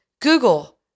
Google